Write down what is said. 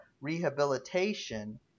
rehabilitation